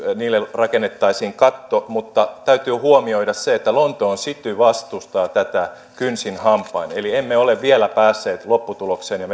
rakennettaisiin katto mutta täytyy huomioida se että lontoon city vastustaa tätä kynsin hampain eli emme ole vielä päässeet lopputulokseen ja